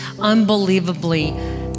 unbelievably